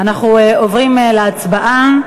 אנחנו עוברים להצבעה.